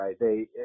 right